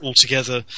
Altogether